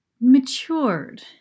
matured